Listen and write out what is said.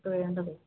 നമുക്ക് വേണ്ടത്